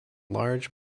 large